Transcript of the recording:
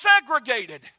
segregated